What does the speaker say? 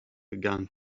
began